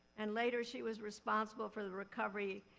and later she was responsible for the recovery,